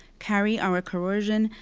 carry our coercion,